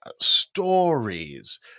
stories